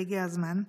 והגיע הזמן.